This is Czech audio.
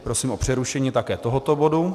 Prosím o přerušení také tohoto bodu.